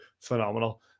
phenomenal